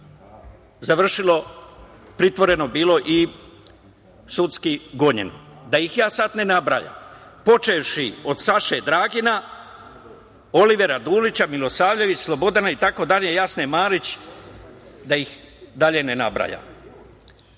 vlasti pritvoreno bilo i sudski gonjeno. Da ih sada ne nabrajam, počevši od Saše Dragina, Olivera Dulića, Milosavljević Slobodana, Jasne Marić itd, da ih dalje ne nabrajam.